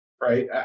right